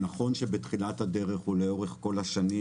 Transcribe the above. נכון שבתחילת הדרך ולאורך כל השנים